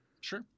Sure